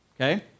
okay